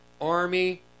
army